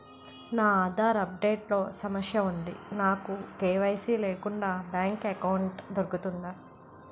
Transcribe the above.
నా Aadhaar update లో సమస్య వుంది నాకు కే.వై.సీ లేకుండా బ్యాంక్ ఎకౌంట్దొ రుకుతుందా?